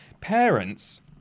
Parents